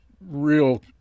real